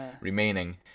remaining